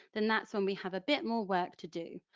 then that's when we have a bit more work to do,